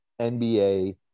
NBA